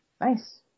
nice